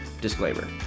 Disclaimer